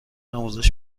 آموزش